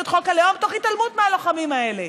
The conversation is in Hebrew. את חוק הלאום תוך התעלמות מהלוחמים האלה.